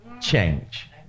change